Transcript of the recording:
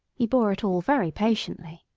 he bore it all very patiently.